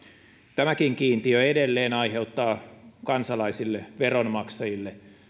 tämäkin kiintiö edelleen aiheuttaa kansalaisille veronmaksajille